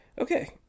Okay